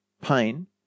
pain